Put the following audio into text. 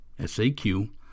SAQ